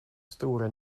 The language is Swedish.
stora